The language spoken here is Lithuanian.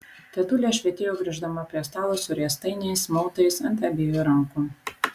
tetulė švytėjo grįždama prie stalo su riestainiais mautais ant abiejų rankų